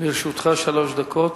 לרשותך שלוש דקות.